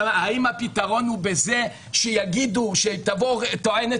אבל האם הפתרון הוא בזה שתבוא טוענת